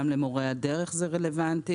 גם למורי הדרך זה רלוונטי.